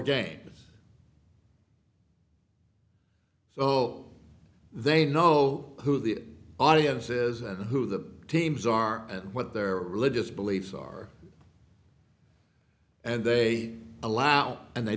games so they know who the audience is and who the teams are and what their religious beliefs are and they allow and they